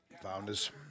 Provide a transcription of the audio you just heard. Founders